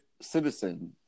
citizen